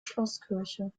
schlosskirche